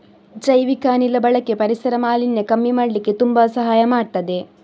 ಜೈವಿಕ ಅನಿಲ ಬಳಕೆ ಪರಿಸರ ಮಾಲಿನ್ಯ ಕಮ್ಮಿ ಮಾಡ್ಲಿಕ್ಕೆ ತುಂಬಾ ಸಹಾಯ ಮಾಡ್ತದೆ